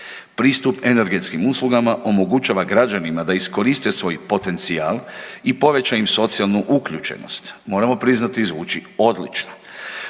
Pristup energetskim uslugama omogućava građanima da iskoriste svoj potencijal i poveća im socijalnu uključenost. Moramo priznati zvuči odlično.